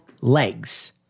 legs